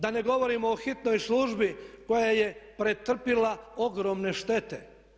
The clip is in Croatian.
Da ne govorimo o hitnoj službi koja je pretrpjela ogromne štete.